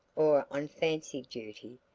or on fancied duty,